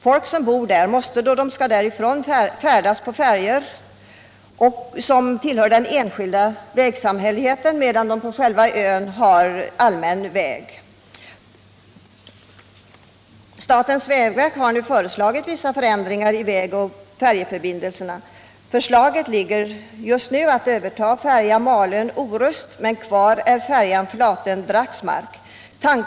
Folk som bor där måste färdas på färjor som tillhör den enskilda vägsam fälligheten, medan de på själva ön färdas på allmän väg. Statens vägverk har föreslagit vissa förändringar i vägoch färjeförbindelserna. Förslaget är just nu att överta färjan Malö-Orust men kvar är färjan Flatö-Dragsmark.